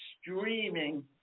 streaming